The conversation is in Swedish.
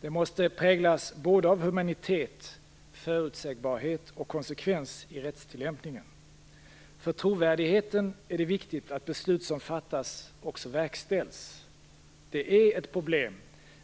Den måste präglas av humanitet, förutsägbarhet och konsekvens i rättstillämpningen. För trovärdigheten är det viktigt att beslut som fattas också verkställs. Det är ett problem